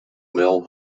mill